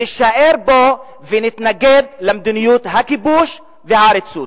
נישאר בה ונתנגד למדיניות הכיבוש והעריצות.